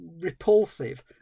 repulsive